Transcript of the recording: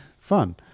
fun